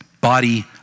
body